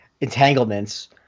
entanglements